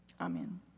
Amen